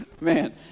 Man